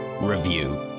Review